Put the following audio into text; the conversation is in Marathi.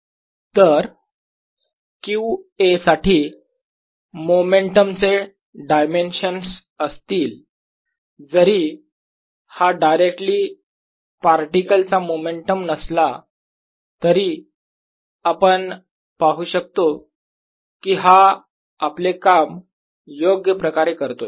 तर q A साठी मोमेंटम चे डायमेन्शन असतील जरी हा डायरेक्टली पार्टिकल चा मोमेंटम नसला तरी आपण पाहू शकतो की हा आपले काम योग्यप्रकारे करतोय